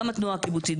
גם תנועת הקיבוצים,